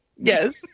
Yes